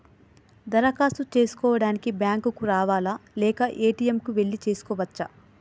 దరఖాస్తు చేసుకోవడానికి బ్యాంక్ కు రావాలా లేక ఏ.టి.ఎమ్ కు వెళ్లి చేసుకోవచ్చా?